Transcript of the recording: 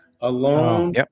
alone